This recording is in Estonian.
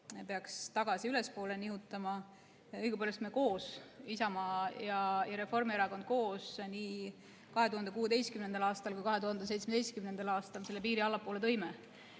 peaks tagasi ülespoole nihutama. Õigupoolest me koos, Isamaa ja Reformierakond, nii 2016. aastal kui ka 2017. aastal selle piiri allapoole tõime